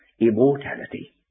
immortality